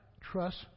Trust